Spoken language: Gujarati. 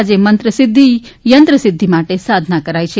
આજે મંત્રસિદ્ધિ યંત્ર સિદ્ધિ માટે સાધના કરાય છે